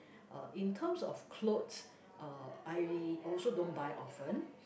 uh in terms of clothes uh I also don't buy often